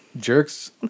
Jerks